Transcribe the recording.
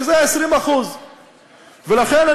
שזה 20%. לכן,